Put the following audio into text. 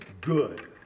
good